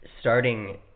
starting